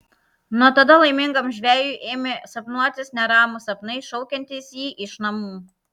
nuo tada laimingam žvejui ėmė sapnuotis neramūs sapnai šaukiantys jį iš namų